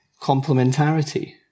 complementarity